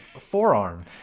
forearm